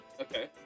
Okay